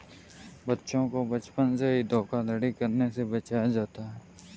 बच्चों को बचपन से ही धोखाधड़ी करने से बचाया जाता है